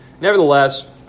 nevertheless